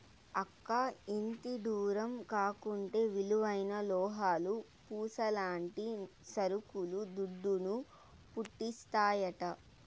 అక్కా, ఎంతిడ్డూరం కాకుంటే విలువైన లోహాలు, పూసల్లాంటి సరుకులు దుడ్డును, పుట్టిస్తాయంట